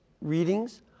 readings